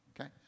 okay